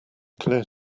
clear